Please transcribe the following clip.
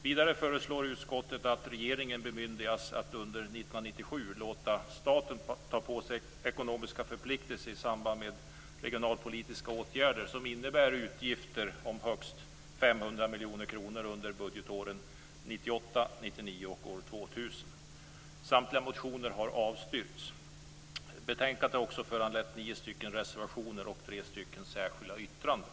Vidare föreslår utskottet att regeringen bemyndigas att under år 1997 låta staten ta på sig ekonomiska förpliktelser i samband med regionalpolitiska åtgärder som innebär utgifter om högst 500 miljoner kronor under budgetåren 1998, 1999 och 2000. Samtliga motioner har avstyrkts. Betänkandet har också föranlett 9 reservationer och 3 särskilda yttranden.